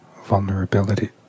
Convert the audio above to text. vulnerability